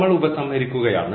നമ്മൾ ഉപസംഹരിക്കുകയാണ്